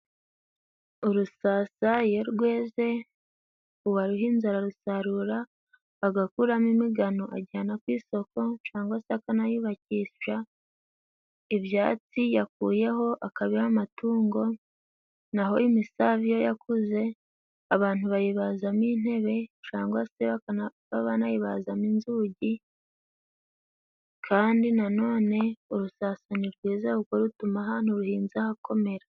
Urusasa iyo rweze uwaruhinze ararusarura agakuramo imigano ajyana ku isoko, cyangwa se akanayubakisha. Ibyatsi yakuyeho akabiha amatungo. Na ho imisave iyo yakuze abantu bayibazamo intebe, cyangwa se bakaba banayibazamo inzugi, kandi na none urusasa ni rwiza kuko rutuma ahantu ruhinze hakomera.